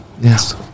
yes